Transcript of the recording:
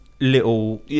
little